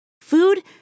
Food